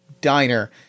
diner